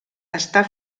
està